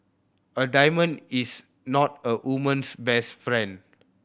a diamond is not a woman's best friend